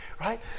right